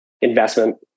investment